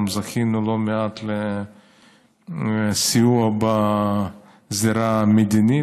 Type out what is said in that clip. גם זכינו לא מעט לסיוע בזירה המדינית.